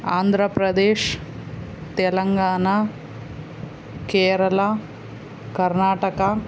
Andhra Pradesh Telangana Kerala Karnataka